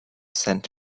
sand